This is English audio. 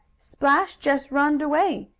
splash just runned away,